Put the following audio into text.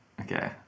Okay